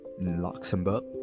Luxembourg